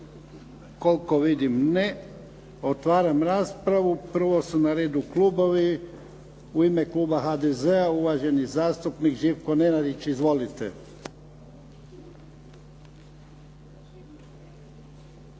Koliko vidim ne. Otvaram raspravu. Prvo su na redu klubovi. U ime kluba HDZ-a uvaženi zastupnik Živko Nenadić. Izvolite.